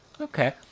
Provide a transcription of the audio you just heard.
Okay